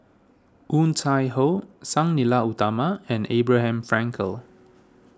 Woon Tai Ho Sang Nila Utama and Abraham Frankel